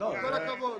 עם כל הכבוד.